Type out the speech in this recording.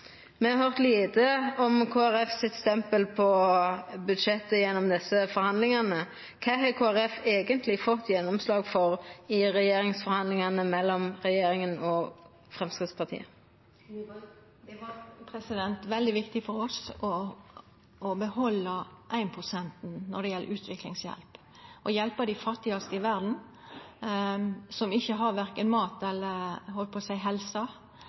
Me har høyrt lite om Kristeleg Folkepartis stempel på budsjettet gjennom desse forhandlingane. Kva har Kristeleg Folkeparti eigentleg fått gjennomslag for i forhandlingane mellom regjeringa og Framstegspartiet? Det var veldig viktig for oss å behalda ein-prosenten når det gjeld utviklingshjelp, og hjelpa dei fattigaste i verda som verken har mat eller – eg heldt på